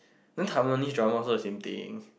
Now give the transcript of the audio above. then Taiwanese drama also the same thing